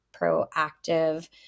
proactive